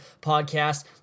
podcast